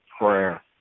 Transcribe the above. Prayer